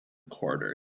corridor